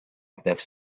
peaks